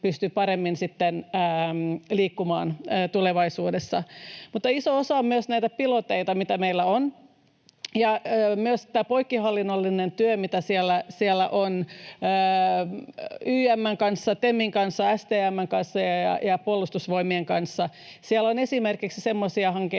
pystyy paremmin liikkumaan sitten tulevaisuudessa. Mutta iso osa on myös näitä pilotteja, mitä meillä on, ja on myös tämä poikkihallinnollinen työ, mitä on YM:n kanssa, TEMin kanssa, STM:n kanssa ja Puolustusvoimien kanssa. Siellä on myös semmoisia hankkeita,